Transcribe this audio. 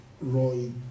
Roy